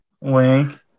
Wink